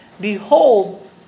Behold